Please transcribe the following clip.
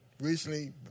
recently